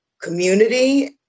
community